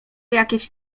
jakieś